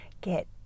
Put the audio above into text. get